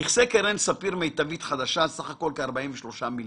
נכסי קרן ספיר מיטבית חדשה (סך הכל כ-43 מיליארד).